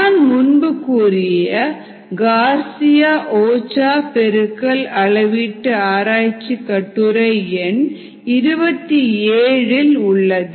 நான் முன்பு கூறிய கார்சியா ஓஷோவா பெருக்கல் அளவீட்டு ஆராய்ச்சி கட்டுரை எண் 27 இல் உள்ளது